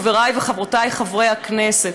חבריי וחברותיי חברי הכנסת,